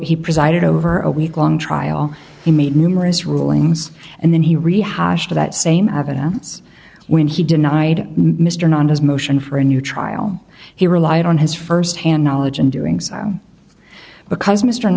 he presided over a week long trial he made numerous rulings and then he rehashed that same evidence when he denied mr non his motion for a new trial he relied on his firsthand knowledge and doing so because mr